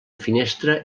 finestra